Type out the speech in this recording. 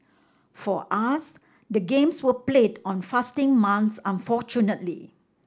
for us the games were played on fasting month unfortunately